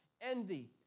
envy